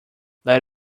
let